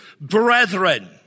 Brethren